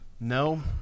No